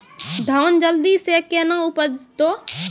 धान जल्दी से के ना उपज तो?